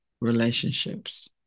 relationships